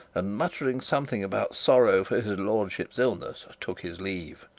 and muttering something about sorrow for his lordship's illness, took his leave,